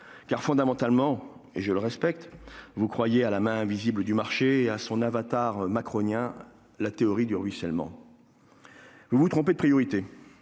fondamentalement, et je le respecte, à la « main invisible » du marché et à son avatar macronien, la théorie du ruissellement. Vous vous trompez de priorité.